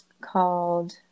called